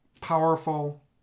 powerful